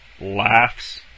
laughs